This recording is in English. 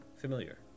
familiar